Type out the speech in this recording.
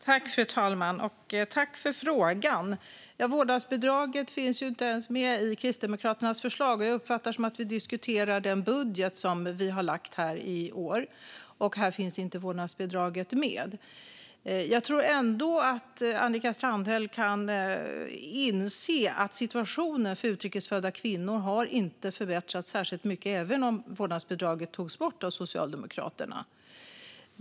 Fru talman! Tack för frågan! Vårdnadsbidraget finns inte ens med i Kristdemokraternas förslag. Jag uppfattar det som att vi diskuterar den budget som vi har lagt fram här i år, och här finns inte vårdnadsbidraget med. Jag tror ändå att Annika Strandhäll kan inse att situationen för utrikes födda kvinnor inte har förbättrats särskilt mycket även om vårdnadsbidraget togs bort av Socialdemokraterna.